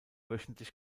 wöchentlich